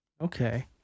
Okay